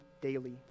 daily